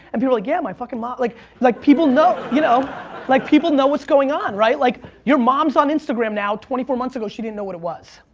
and people are like, yeah, my fucking ma. like like people know you know like people know what's going on, right? like your mom's on instagram now, twenty four months ago she didn't know what it was.